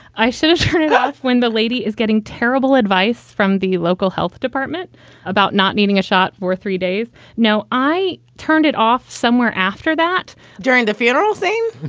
i should have turned it off when the lady is getting terrible advice from the local health department about not needing a shot for three days no, i turned it off somewhere after that during the funeral scene.